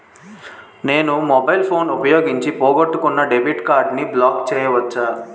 నేను mobile phone ఉపయోగించి పోగొట్టుకున్న డెబిట్ కార్డ్ని బ్లాక్ చేయవచ్చా?